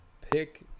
pick